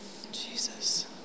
Jesus